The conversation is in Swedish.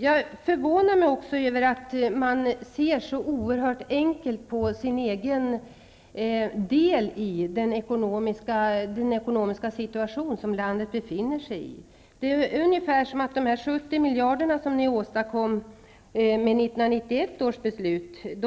Jag förvånar mig också över att man ser så oerhört enkelt på sin egen delaktighet när det gäller den ekonomiska situation som landet befinner sig i. Det är ungefär som om de 70 miljarder kronor som ni åstadkom genom 1991 års beslut inte